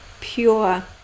Pure